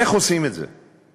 איך עושים את זה.